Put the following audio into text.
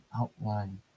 outline